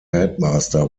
headmaster